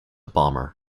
bomber